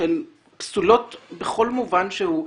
שהן פסולות בכל מובן שהיא.